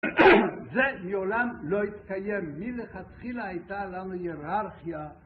זה מעולם לא התקיים. מלכתחילה הייתה לנו היררכיה...